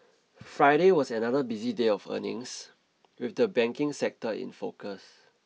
Friday was another busy day of earnings with the banking sector in focus